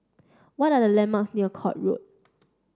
what are the landmarks near Court Road